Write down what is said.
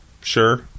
Sure